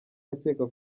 akeka